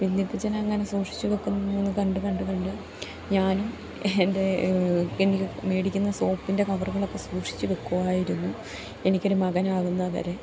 വല്യപ്പച്ഛനങ്ങനെ സൂക്ഷിച്ചു വെക്കുന്നത് കണ്ട് കണ്ട് കണ്ട് ഞാനും എൻ്റെ എനിക്ക് മേടിക്കുന്ന സോപ്പിൻ്റെ കവറുകളൊക്കെ സൂക്ഷിച്ചു വെക്കുവായിരുന്നു എനിക്കൊരു മകനാകുന്ന വരെ